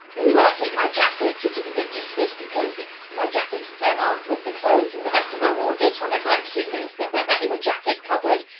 this is where i keep my jackets, which is a bit useless because my jackets then aren't with the clothes in the rest of my wardrobe so i never actually use them but that is a jacket cupboard,